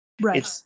Right